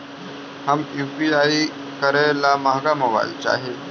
हम यु.पी.आई करे ला महंगा मोबाईल चाही?